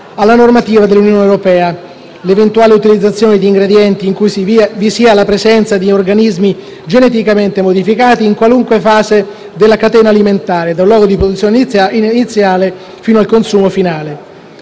alla normativa dell'Unione europea, l'eventuale utilizzazione di ingredienti in cui vi sia la presenza di organismi geneticamente modificati in qualunque fase della catena alimentare, dal luogo di produzione iniziale fino al consumo finale.